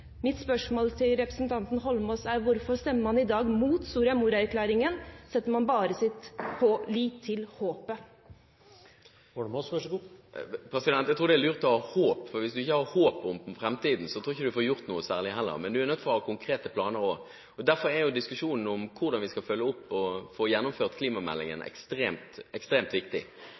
Mitt spørsmål til representanten Holmås er: Hvorfor stemmer man i dag mot Soria Moria-erklæringen? Setter man bare sin lit til håpet? Jeg tror det er lurt å ha håp, for hvis man ikke har håp for fremtiden, tror jeg ikke man får gjort noe særlig heller. Men man er nødt til å ha konkrete planer også. Derfor er diskusjonen om hvordan vi skal følge opp og få gjennomført klimameldingen, ekstremt viktig.